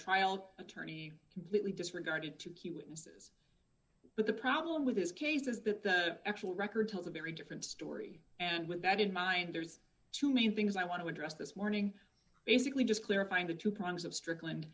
trial attorney completely disregarded two key witnesses but the problem with this case is that the actual record tells a very different story and with that in mind there's two main things i want to address this morning basically just clarifying the two prongs of strickland